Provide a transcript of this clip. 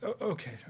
okay